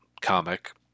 comic